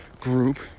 group